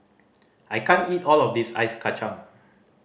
I can't eat all of this Ice Kachang